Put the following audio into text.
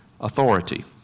authority